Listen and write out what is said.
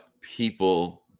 people